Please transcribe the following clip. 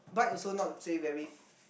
bike also not say very